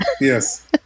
Yes